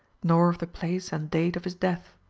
nor of the place and date of his death.